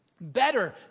Better